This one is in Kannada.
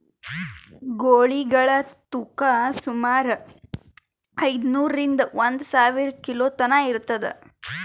ಗೂಳಿಗಳ್ ತೂಕಾ ಸುಮಾರ್ ಐದ್ನೂರಿಂದಾ ಒಂದ್ ಸಾವಿರ ಕಿಲೋ ತನಾ ಇರ್ತದ್